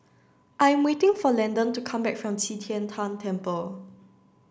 I'm waiting for Landen to come back from Qi Tian Tan Temple